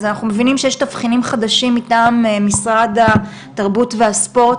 אנחנו מבינים שיש תבחינים חדשים מטעם משרד התרבות והספורט,